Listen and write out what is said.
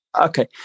Okay